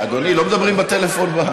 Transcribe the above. אדוני, לא מדברים בטלפון.